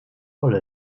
voll